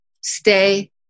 stay